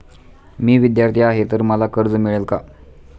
मी विद्यार्थी आहे तर मला कर्ज मिळेल का?